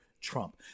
Trump